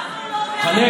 למה הוא לא עובר לירושלים?